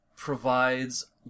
Provides